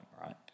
right